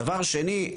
דבר שני,